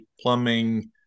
plumbing